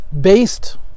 based